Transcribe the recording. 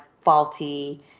faulty